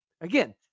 Again